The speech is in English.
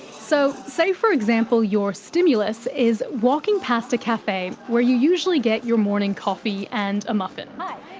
so, say for example, your stimulus is walking past a cafe where you usually get your morning coffee and a muffin.